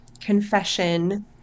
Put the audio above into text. confession